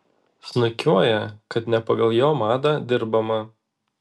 snukiuoja kad ne pagal jo madą dirbama